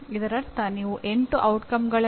ಅಂತಹ ಯಾವುದನ್ನಾದರೂ ಶಿಕ್ಷಣವೆಂದು ಪರಿಗಣಿಸಲಾಗುತ್ತದೆ